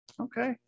Okay